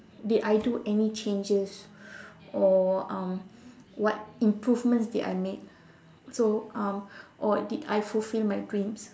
did I do any changes or um what improvements did I make so um or did I fulfill my dreams